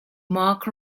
mark